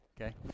okay